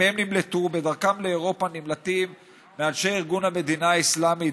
בדרכם לאירופה הם נמלטים מאנשי ארגון המדינה האסלאמית,